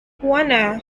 warner